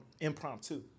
impromptu